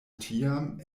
tiam